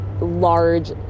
Large